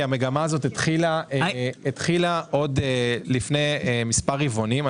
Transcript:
כי המגמה הזאת התחילה לפני מספר רבעונים.